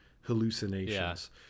hallucinations